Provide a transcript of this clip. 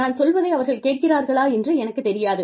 நான் சொல்வதை அவர்கள் கேட்கிறார்களா என்று எனக்குத் தெரியாது